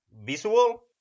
visual